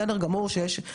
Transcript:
אבל עם זאת,